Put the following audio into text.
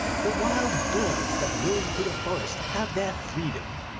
the wild birds that roam through the forest have their freedom.